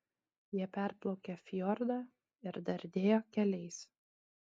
jie perplaukė fjordą ir dardėjo keliais